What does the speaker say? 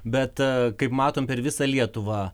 bet kaip matom per visą lietuvą